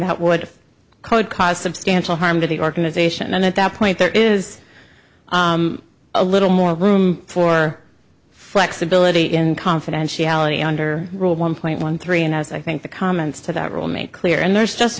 that would code cause substantial harm to the organization and at that point there is a little more room for flexibility in confidentiality under rule one point one three and as i think the comments to that rule made clear and there's just